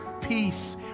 peace